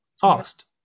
fast